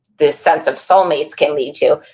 this sense of soulmates can lead to,